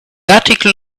article